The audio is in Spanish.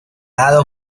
dado